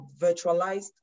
virtualized